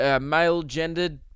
male-gendered